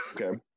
Okay